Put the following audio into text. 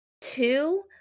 two